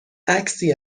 عکسی